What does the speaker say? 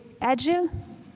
agile